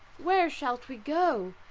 where shall we go?